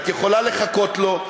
את יכולה לחכות לו,